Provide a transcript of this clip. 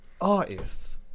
artists